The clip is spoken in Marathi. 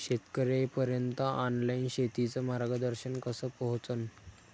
शेतकर्याइपर्यंत ऑनलाईन शेतीचं मार्गदर्शन कस पोहोचन?